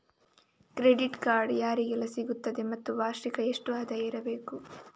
Credit card ಯಾರಿಗೆಲ್ಲ ಸಿಗುತ್ತದೆ ಮತ್ತು ವಾರ್ಷಿಕ ಎಷ್ಟು ಆದಾಯ ಇರಬೇಕು?